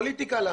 פוליטיקה, למה?